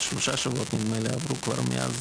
שלושה שבועות נדמה לי עברו כבר מאז